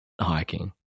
hiking